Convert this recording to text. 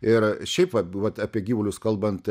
ir šiaip vat bu vat apie gyvulius kalbant